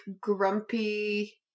grumpy